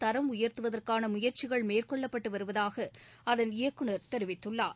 கரம் உயர்த்துவதற்கான முயற்சிகள் மேற்கொள்ளப்பட்டு வருவதாக அதன் இயக்குநர் தெரிவித்தள்ளார்